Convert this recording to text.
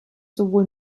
sowohl